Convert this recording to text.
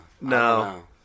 No